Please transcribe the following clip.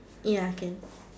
ya can